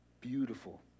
beautiful